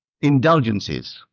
indulgences